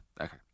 okay